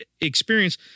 experience